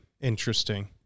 interesting